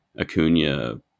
Acuna